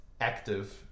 active